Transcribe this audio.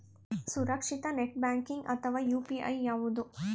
ಸುರಕ್ಷಿತ net banking ಅಥವಾ UPI ಯಾವುದು?